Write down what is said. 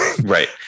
Right